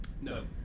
No